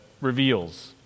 reveals